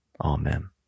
Amen